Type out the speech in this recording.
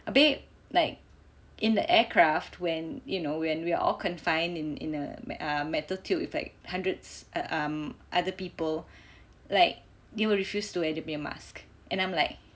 habis like in the aircraft when you know when we are all confined in in a met~ uh metal tube with like hundreds of um other people like he will refuse to wear dia punya mask and I'm like